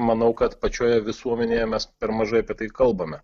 manau kad pačioje visuomenėje mes per mažai apie tai kalbame